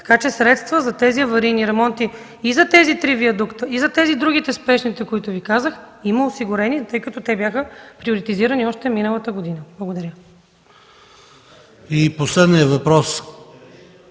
Така че средства за аварийните ремонти – и за тези три виадукта, и за другите спешни, които Ви казах, има осигурени, тъй като те бяха приоритизирани още миналата година. Благодаря Ви.